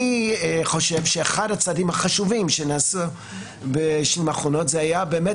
אני חושב שאחד הצעדים החשובים שנעשו בשנים האחרונות היה באמת